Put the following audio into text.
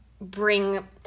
bring